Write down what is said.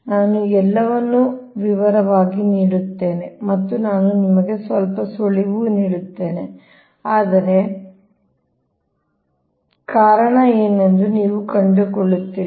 ನಾನು ಎಲ್ಲವನ್ನೂ ವಿವರವಾಗಿ ನೀಡುತ್ತೇನೆ ಮತ್ತು ನಾನು ನಿಮಗೆ ಸ್ವಲ್ಪ ಸುಳಿವು ನೀಡುತ್ತೇನೆ ಆದರೆ ಕಾರಣ ಏನೆಂದು ನೀವು ಕಂಡುಕೊಳ್ಳುತ್ತೀರಿ